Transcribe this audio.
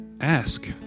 ask